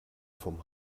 vom